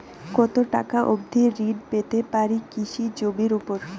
কত টাকা অবধি ঋণ পেতে পারি কৃষি জমির উপর?